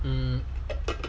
um